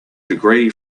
degree